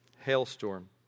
hailstorm